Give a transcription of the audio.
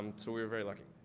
um so we were very lucky.